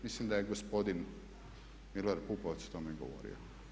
Mislim da je gospodin Milorad Pupovac o tome govorio.